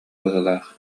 быһыылаах